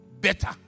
better